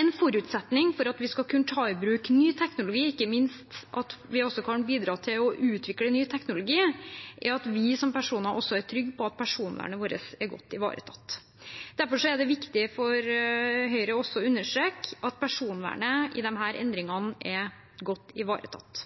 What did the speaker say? En forutsetning for at vi skal kunne ta i bruk ny teknologi og ikke minst at vi også kan bidra til å utvikle ny teknologi, er at vi som personer også er trygge på at personvernet vårt er godt ivaretatt. Derfor er det viktig for Høyre også å understreke at personvernet med disse endringene er godt ivaretatt.